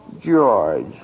George